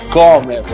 come